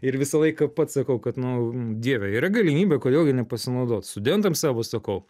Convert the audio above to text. ir visą laiką pats sakau kad nu dieve yra galimybė kodėl gi nepasinaudot studentams savo sakau